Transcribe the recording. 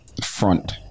front